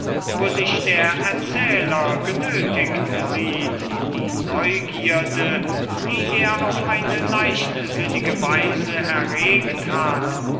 wo sich der erzähler genötigt sieht die neugierde die er auf eine leichtsinnige weise erregt hat